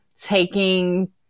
taking